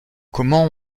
comment